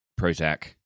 Prozac